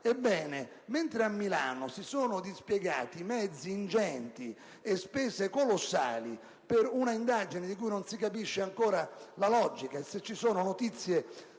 Ebbene, mentre a Milano si sono dispiegati mezzi ingenti e spese colossali per un'indagine, di cui non si capisce ancora la logica e se ci siano notizie